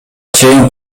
чейин